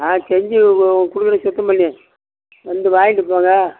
ஆ செஞ்சு உ கொடுக்குறேன் சுத்தம் பண்ணி வந்து வாங்கிகிட்டு போங்க